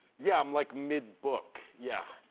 yeah, i'm, like, midbook, yeah.